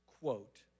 quote